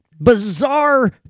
Bizarre